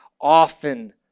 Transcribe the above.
often